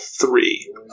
three